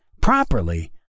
properly